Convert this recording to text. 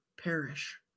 perish